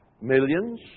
millions